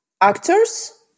actors